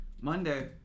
monday